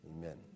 amen